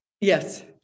Yes